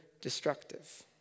destructive